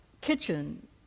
kitchen